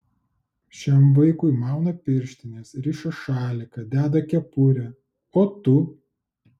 šiam vaikui mauna pirštines riša šaliką deda kepurę o tu